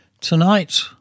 Tonight